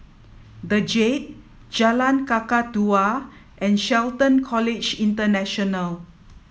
the Jade Jalan Kakatua and Shelton College International